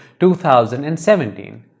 2017